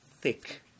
thick